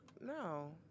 No